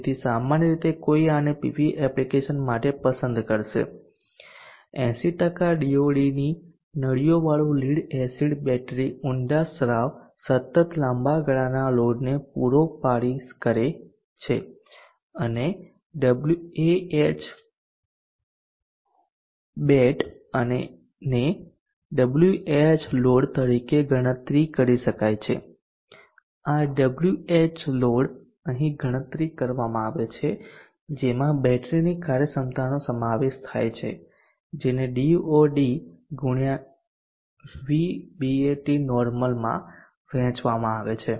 તેથી સામાન્ય રીતે કોઈ આને પીવી એપ્લિકેશન માટે પસંદ કરશે 80 DOD ની નળીઓવાળું લીડ એસિડ બેટરી ઊડા સ્રાવ સતત લાંબા ગાળાના લોડને પૂરો કરી શકે છે અને Ahbat ને Whload તરીકે ગણતરી કરી શકાય છે આ Whload અહીં ગણતરી કરવામાં આવે છે જેમાં બેટરીની કાર્યક્ષમતાનો સમાવેશ થાય છે જેને DOD ગુણ્યા Vbat normal માં વહેંચવામાં આવે છે